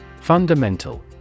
Fundamental